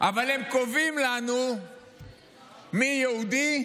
אבל הם קובעים לנו מי יהודי.